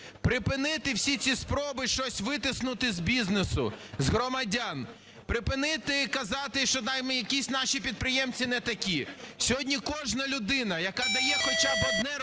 Припинити всі ці спроби щось витиснути з бізнесу, з громадян, припинити казати, що якісь наші підприємці не такі. Сьогодні кожна людина, яка дає хоча б одне робоче